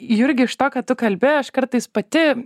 jurgi iš to kad tu kalbi aš kartais pati